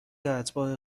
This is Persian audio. اتباع